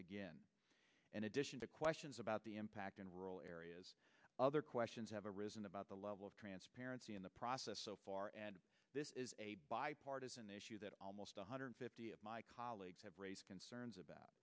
again and addition to questions about the impact in rural areas other questions have arisen about the level of transparency in the process so far and this is a bipartisan issue that almost one hundred fifty of my colleagues have raised concerns about